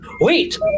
wait